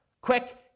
Quick